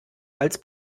als